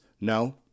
No